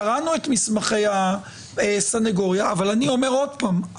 קראנו את מסמכי הסניגוריה אבל אני אומר עוד פעם,